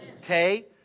Okay